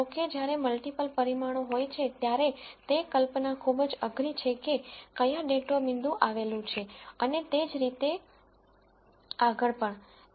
જો કે જ્યારે મલ્ટીપ્લ પરિમાણો હોય છે ત્યારે તે કલ્પના ખૂબ જ અઘરી છે કે ક્યાં ડેટા પોઇન્ટ આવેલું છે અને તે જ રીતે આગળ પણ